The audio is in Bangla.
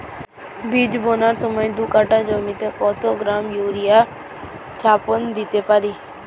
বীজ বোনার সময় দু কাঠা জমিতে কত গ্রাম ইউরিয়া চাপান দিতে পারি?